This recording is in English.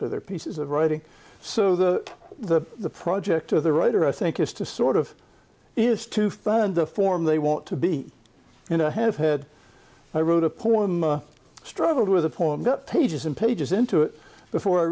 to their pieces of writing so that the the project or the writer i think is to sort of is to find the form they want to be and i have had i wrote a poem i struggled with a poem that pages and pages into it before i